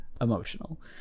emotional